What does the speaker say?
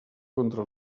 contra